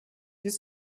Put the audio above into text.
ist